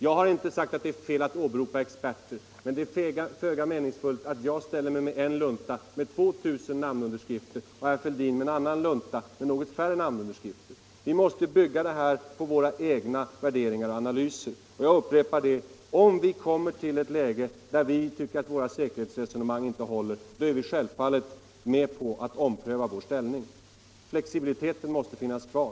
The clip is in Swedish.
Jag har inte sagt att det är fel att åberopa experter, men det är föga meningsfullt att jag kommer här med en lunta med 2 000 namnunderskrifter och herr Fälldin med en annan lunta med något färre namnunderskrifter. Vi måste bygga på våra egna värderingar och analyser. Jag upprepar att om det uppstår ett läge där vi moderater finner att våra säkerhetsresonemang inte håller, så är vi självfallet beredda att ompröva vår ställning. Flexibiliteten måste alltid finnas kvar.